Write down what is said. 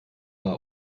war